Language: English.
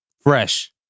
Fresh